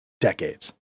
decades